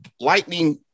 lightning